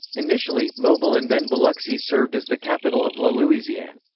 initially, mobile and then biloxi served as the capital of la louisiane.